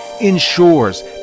ensures